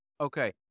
Okay